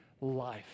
life